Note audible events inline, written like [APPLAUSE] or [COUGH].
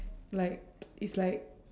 like [NOISE] it's like